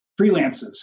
freelances